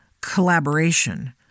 collaboration